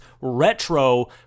retro